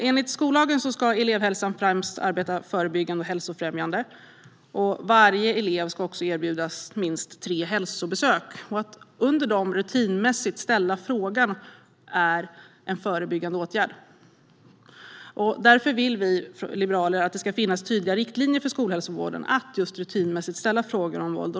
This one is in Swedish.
Enligt skollagen ska Elevhälsan främst arbeta förebyggande och hälsofrämjande. Varje elev ska också erbjudas minst tre hälsobesök. Att under dem rutinmässigt ställa frågan är en förebyggande åtgärd. Därför vill vi liberaler att det ska finnas tydliga riktlinjer för skolhälsovården att rutinmässigt ställa frågor om våld.